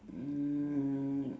mm